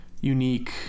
unique